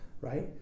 Right